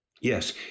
Yes